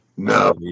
No